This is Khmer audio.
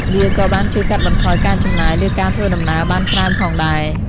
វាក៏បានជួយកាត់បន្ថយការចំណាយលើការធ្វើដំណើរបានច្រើនផងដែរ ។